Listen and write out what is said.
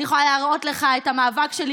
אני יכולה להראות לך את המאבק שלי,